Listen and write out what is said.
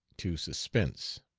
to suspense.